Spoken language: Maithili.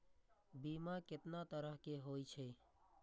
बीमा केतना तरह के हाई छै?